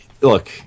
look